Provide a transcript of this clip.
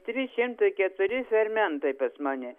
trys šimtai keturi fermentai pas mane